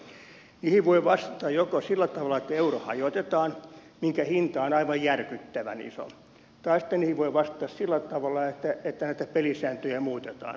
niihin voi vastata joko sillä tavalla että euro hajotetaan minkä hinta on aivan järkyttävän iso tai sitten niihin voi vastata sillä tavalla että näitä pelisääntöjä muutetaan